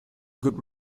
good